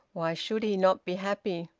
why should he not be happy?